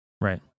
Right